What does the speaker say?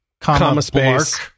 comma-space